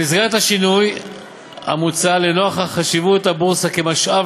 במסגרת השינוי המוצע ולנוכח חשיבות הבורסה כמשאב